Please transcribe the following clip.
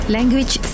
Language